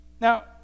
Now